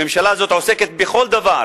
הממשלה הזאת עוסקת בכל דבר